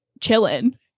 chilling